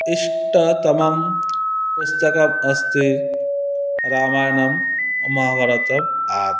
इष्टतमं पुस्तकम् अस्ति रामायणं महाभारतम् आदि